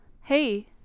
Hey